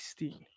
16